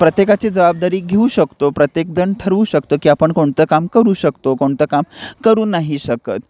प्रत्येकाची जबाबदारी घेऊ शकतो प्रत्येकजण ठरवू शकतो की आपण कोणतं काम करू शकतो कोणतं काम करू नाही शकत